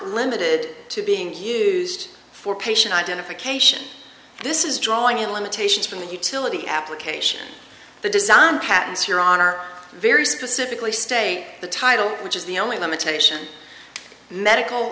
limited to being used for patient identification this is drawing in limitations from the utility application the design patterns here are very specifically state the title which is the only limitation medical